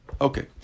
Okay